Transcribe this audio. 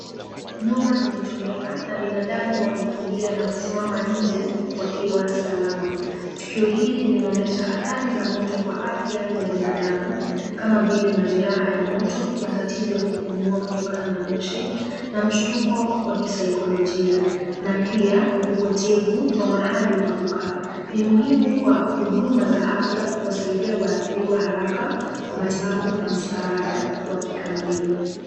Nyumba zimechomeka na binadamu wamekimbia na kusimama nje wakiwa salama. Tukio hili linaonyesha athari za moto kwa afya ya binadamu kama vile majeraha ya moto, matatizo ya kupumua kutokana na moshi na mshtuko wa kisaikolojia na pia upotevu wa mahali pa kukaa. Ni muhimu kwa huduma za afya kuwasaidia waathiriwa haraka, kwa matibabu na msaada wa kikamili.